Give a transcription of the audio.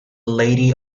lady